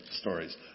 stories